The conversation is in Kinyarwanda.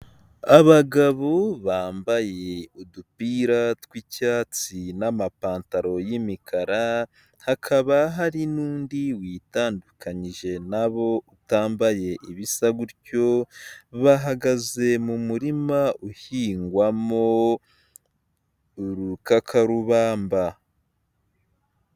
Abagabo bambaye udupira tw'icyatsi n'amapantaro y'imikara, hakaba hari n'undi witandukanyije nabo utambaye ibisa gutyo, bahagaze mu murima uhingwamo urukakarubamba.